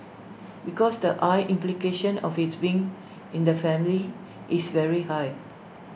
because the I implication of IT being in the family is very high